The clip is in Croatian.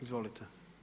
Izvolite.